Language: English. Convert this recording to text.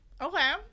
okay